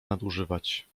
nadużywać